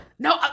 No